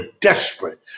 desperate